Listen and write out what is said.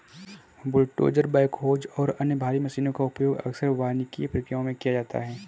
bulldozer backhoes और अन्य भारी मशीनों का उपयोग अक्सर वानिकी प्रक्रिया में किया जाता है